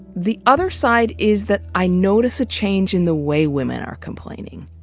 the other side is that i notice a change in the way women are complaining.